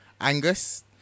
Angus